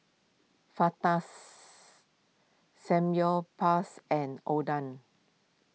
Fajitas Samgyeopsal and Oden